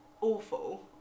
awful